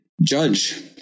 judge